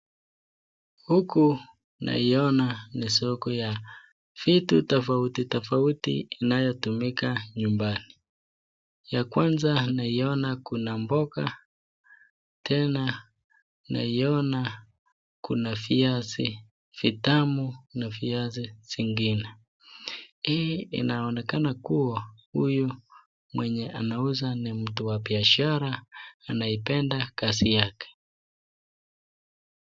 Huku naiona ni soko ya vitu tofauti tofauti inayotumika nyumbani. Ya kwanza ninaiona kuna mboga, tena naiona kuna viazi vitamu na viazi zingine. Hii inaonekana kuwa huyu mwenye anauza ni mtu wa biashara, anaipenda kazi yake.